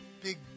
big